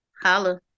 Holla